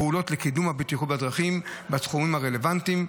פעולות לקידום הבטיחות בדרכים בתחומים הרלוונטיים.